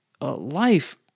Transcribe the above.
life